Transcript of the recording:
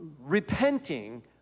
repenting